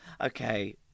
okay